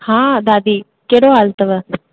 हा दादी कहिड़ो हालु अथव